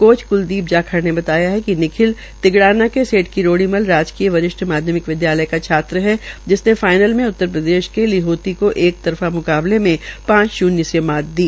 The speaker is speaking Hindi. कोच क्लदीप जाखड़ ने बताया कि निखिल तिगड़ाना के सेठ करोड़ी मल राजकीय वरिष्ठ माध्यम विधालय का छात्र है जिसने फाईनल में उत्तरप्रदेश के लिहोनी को एक तर फा म्काबले मे पांच शून्य से मात दी